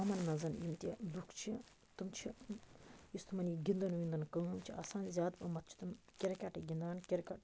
گامَن مَنز یِم تہِ لُکھ چھِ تِم چھِ یُس تِمَن یہِ گِندُن وِندُن کٲم چھِ آسان زیاد پَہمَت چھِ تِم کِرکَٹے گِندان کِرکٹ